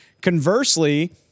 Conversely